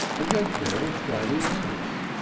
and went there on friday nights.